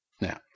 Now